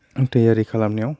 तैयारि खालामनायाव